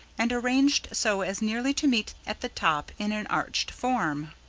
and arranged so as nearly to meet at the top in an arched form.